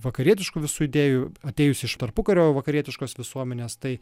vakarietiškų visų idėjų atėjusių iš tarpukario vakarietiškos visuomenės tai